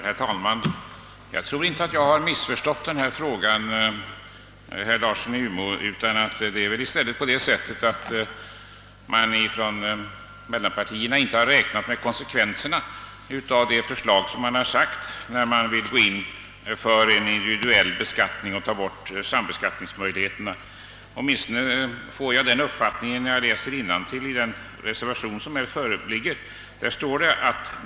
Herr talman! Jag tror inte att jag har missförstått folkpartiets och centerpartiets förslag. Det förhåller sig väl i stället så att mellanpartierna inte Har räknat med konsekvenserna av det förslag som dé lagt fram om införande av individuell beskattning. Åtminstone får jag den uppfattningen mär jag läser innantill i den reservation som' har avgivits!